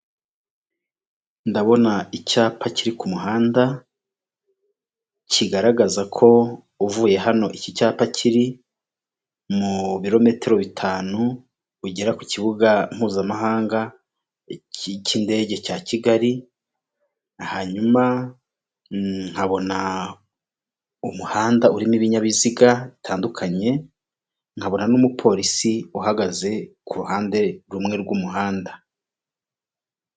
Ndabona icyapa kiri ku muhanda kigaragaza ko uvuye hano iki cyapa kiri mu birometero bitanu ugera ku kibuga mpuzamahanga cy'indege cya kigali hanyuma nkabona umuhanda urimo ibinyabiziga bitandukanye nkabona n'umupolisi uhagaze ku ruhande rumwe rw'umuhanda.